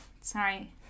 sorry